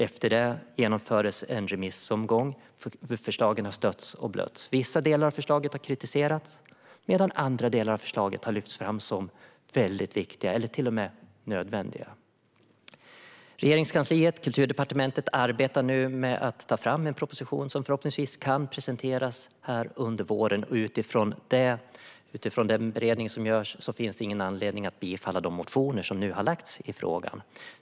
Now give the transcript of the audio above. Efter detta genomfördes en remissomgång där förslagen stöttes och blöttes. Vissa delar av förslaget har kritiserats medan andra har lyfts fram som viktiga eller till och med nödvändiga. Regeringskansliet och Kulturdepartementet arbetar nu med att ta fram en proposition som förhoppningsvis kan presenteras här under våren. Utifrån den beredning som görs finns det ingen anledning att bifalla de motioner som nu har lagts fram i frågan.